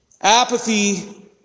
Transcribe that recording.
Apathy